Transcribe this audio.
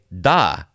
da